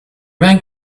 man